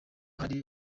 hari